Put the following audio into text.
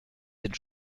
sind